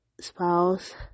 spouse